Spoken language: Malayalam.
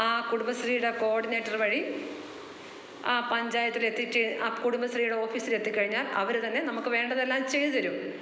ആ കുടുംബശ്രീയുടെ കോഡിനേറ്റർ വഴി ആ പഞ്ചായത്തിൽ എത്തിച്ച് ആ കുടുംബശ്രീയുടെ ഓഫീസിലെത്തി കഴിഞ്ഞാൽ അവർ തന്നെ നമുക്ക് വേണ്ടതെല്ലാം ചെയ്തു തരും